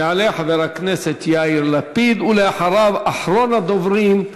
יעלה חבר הכנסת יאיר לפיד, ואחריו, אחרון הדוברים,